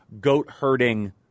goat-herding